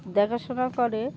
দেখাশোনা করে